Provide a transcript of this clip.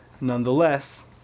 nonetheless